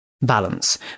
balance